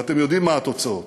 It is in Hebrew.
ואתם יודעים מה התוצאות.